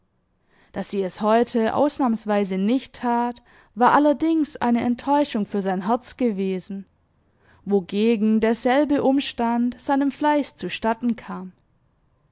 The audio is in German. daß sie es heute ausnahmsweise nicht tat war allerdings eine enttäuschung für sein herz gewesen wogegen derselbe umstand seinem fleiß zu statten kam